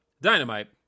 Dynamite